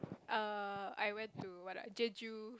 err I went to what ah Jeju